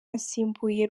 asimbuye